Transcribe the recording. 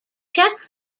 check